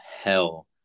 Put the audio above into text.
hell